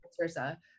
Versa